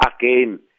again